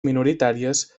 minoritàries